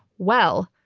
well,